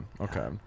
okay